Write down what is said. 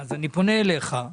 אני פונה אליך.